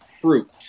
fruit